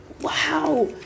Wow